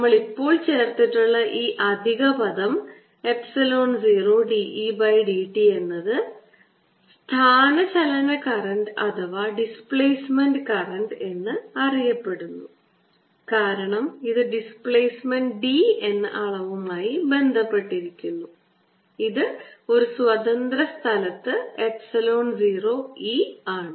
നമ്മൾ ഇപ്പോൾ ചേർത്തിട്ടുള്ള ഈ അധിക പദം epsilon 0 d E by d t എന്നത് സ്ഥാനചലന കറന്റ് അഥവാ ഡിസ്പ്ലേസ്മെൻറ് കറൻറ് എന്നറിയപ്പെടുന്നു കാരണം ഇത് ഡിസ്പ്ലേസ്മെന്റ് D എന്ന അളവുമായി ബന്ധപ്പെട്ടിരിക്കുന്നു ഇത് സ്വതന്ത്ര സ്ഥലത്ത് epsilon 0 E ആണ്